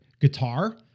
Guitar